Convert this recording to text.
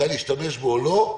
מתי להשתמש בו או לא?